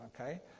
okay